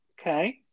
Okay